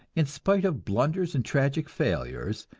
in spite of blunders and tragic failures,